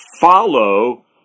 follow